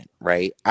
right